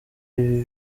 ibi